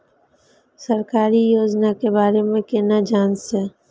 सरकारी योजना के बारे में केना जान से?